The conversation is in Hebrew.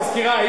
סליחה,